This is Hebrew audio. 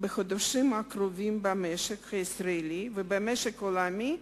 בחודשים הקרובים במשק הישראלי ובמשק העולמי,